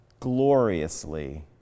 Gloriously